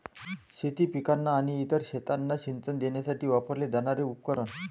शेती पिकांना आणि इतर शेतांना सिंचन देण्यासाठी वापरले जाणारे उपकरण